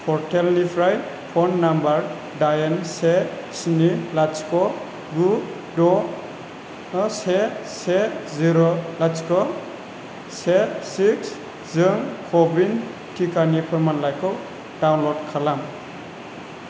पर्टेलनिफ्राय phone number दाइन से सिनि लाथिख गु द से से जिर' लाथिख से सिक्स जों कविड टिकानि फोरमानलाइखौ डाउनलड खालाम